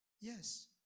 Yes